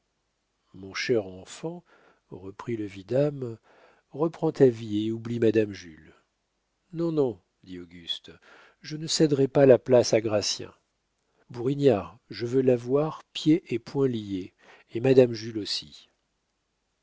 mon cher enfant reprit le vidame reprends ta vie et oublie madame jules non non dit auguste je ne céderai pas la place à gratien bourignard je veux l'avoir pieds et poings liés et madame jules aussi